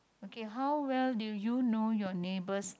okay how well do you know your neighbors